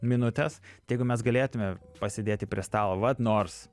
minutes jeigu mes galėtume pasėdėti prie stalo vat nors